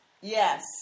Yes